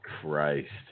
Christ